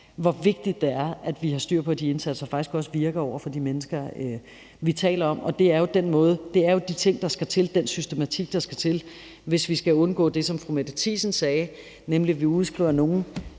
hvor vigtigt det er, at vi har styr på, at de indsatser faktisk også virker over for de mennesker, vi taler om. Det er jo de ting, der skal til, og den systematik, der skal til, hvis vi skal undgå det, som fru Mette Thiesen sagde, nemlig at vi udskriver nogle